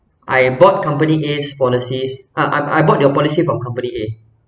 I bought company A's policies I I I bought your policy from company A